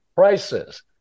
Prices